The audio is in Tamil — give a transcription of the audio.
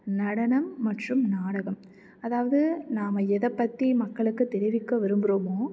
நடனம் மற்றும் நாடகம் அதாவது நாம் எதைப் பற்றி மக்களுக்கு தெரிவிக்க விரும்புகிறோமோ